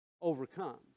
overcome